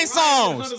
songs